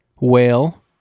Whale